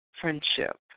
Friendship